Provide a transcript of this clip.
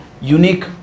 unique